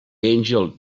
angel